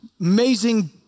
amazing